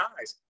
eyes